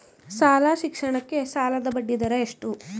ಶಾಲಾ ಶಿಕ್ಷಣಕ್ಕೆ ಸಾಲದ ಬಡ್ಡಿದರ ಎಷ್ಟು?